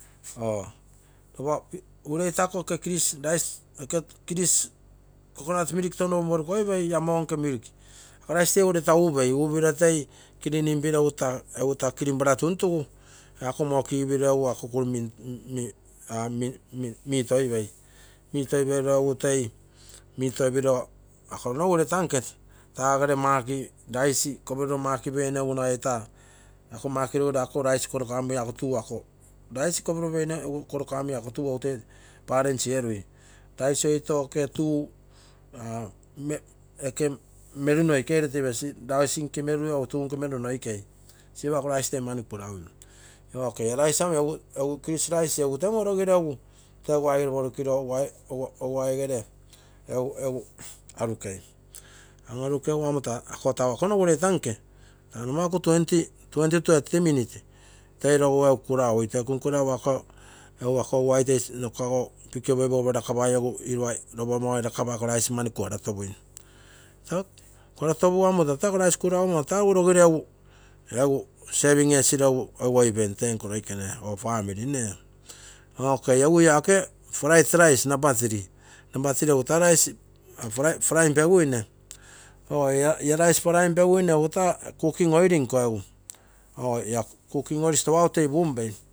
Or lopa ureita aiko kilisi rice, oke chris, ako lasi milk touno pomporukoipei, ia mnke milk, ako rice tee ureita upei, upiro toi cleaning piro egu taa, taa clean pua tuntugu, ako muo kigipiro eguako kurumin toipei. Mitoipiro egu toi, mitoipei ako nogu ureita nke tagere maki rice kopiropo maki peinogu nagai taa ako maki rogiro aiko gere rice korokaramige ako tuu, ako rice kopiro peine egu ako tuu egu toi balance erui, rice oiro oke tuu aa oke meru noikei ere toi pesi rice nke meru egu tuu nke meru noikei siropogu ako rice toi mani kuraui, ok ia rice amo egu, egu chris rice temmo rasiro egu tee oguai gere porukiro, oguaiere, esui egu arukei. An-arukegu amo taa, ako taa akonogu ureitanke taa nomaku twenty two minutes toi logugu egu kuraui, toi kunkuraugu ako. Egu ako oguai toi nno kuago piki opoipeigu, egu lopa laka pai egu ako rice mani kuaratopui kuara topugu amo tata ako rice kuraugu amo tata rogiro egu. Sepim esiro oi pem tenko loikene or family nee okay egu ia oke prik rice, namba three, namba three egu taa rice prine pegueine or ia rice parainpeguine egu taa cooking oil linko or ia cooking oil store au toi pumpei.